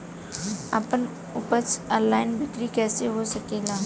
आपन उपज क ऑनलाइन बिक्री कइसे हो सकेला?